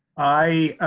i,